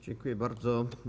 Dziękuję bardzo.